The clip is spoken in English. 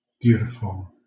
beautiful